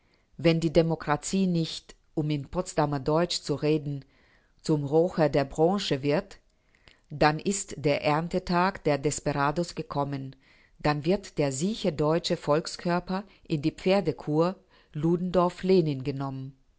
wenn die demokratie nicht um im potsdamer deutsch zu reden zum rocher de bronce wird dann ist der erntetag der desperados gekommen dann wird der sieche deutsche volkskörper in die pferdekur ludendorff-lenin genommen